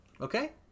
Okay